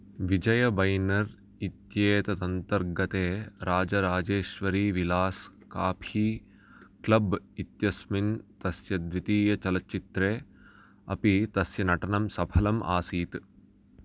विजयबैनर् इत्येतदन्तर्गते Rajarajeshwari Vilas coffee club इत्यस्मिन् तस्य द्वितीयचलच्चित्रे अपि तस्य नटनं सफलम् आसीत्